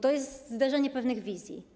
To jest zderzenie pewnych wizji.